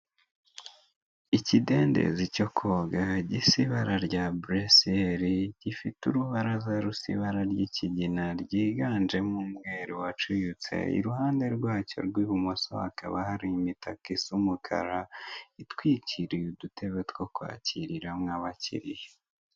Ikidendezi cyo koga gisa ibara rya buresiyeri, gifite urubaraza rusa ibara ry'ikigina ryiganjemo umweru wacuyutse, iruhande rwacyo rw'ibumoso hakaba hari imitaka isa umukara itwikiriye udutebe two kwakiriramo abakiliya.